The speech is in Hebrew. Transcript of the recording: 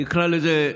נקרא לזה,